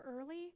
early